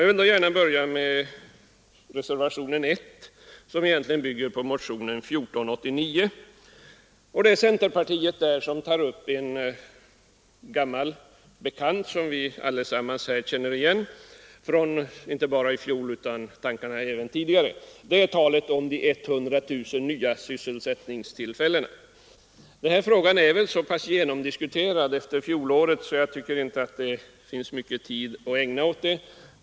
Jag vill då börja med reservationen 1, som bygger på motionen 1489. Det är centern som i denna motion tar upp en gammal bekant — ett förslag som vi alla känner igen från i fjol och även från tidigare diskussioner. Det gäller talet om de 100 000 nya sysselsättningstillfällena. Denna fråga är väl så pass genomdiskuterad efter fjolårets debatter att jag inte anser att så mycken tid bör ägnas åt den.